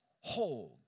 hold